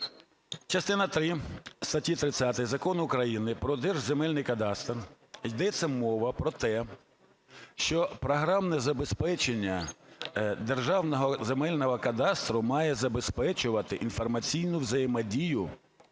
Частина три статті 30 Закону України "Про Держ. земельний кадастр". Йдеться мова про те, що програмне забезпечення Державного земельного кадастру має забезпечувати інформаційну взаємодію